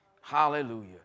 Hallelujah